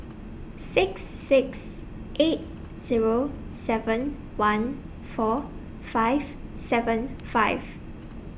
six six eight Zero seven one four five seven five